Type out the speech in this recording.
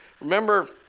Remember